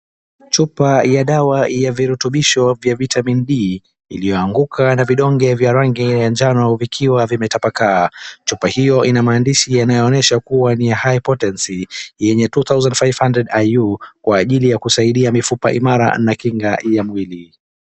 chupa ya dawa ya virutubisho vya vitamin D iliyoanguka na vidonge vya rangi ya manjano vikiwa vimetapakaa chupa hiyo ina maandishi yanayoonyesha kuwa ni ya high potency yenye two thousand five hundred iu kwa ajili ya kusaidia mifupa imara na kinga ya mwili